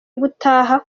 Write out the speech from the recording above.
gutaha